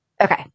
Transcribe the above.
Okay